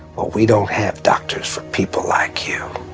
well, we don't have doctors people like you